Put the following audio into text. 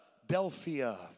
Philadelphia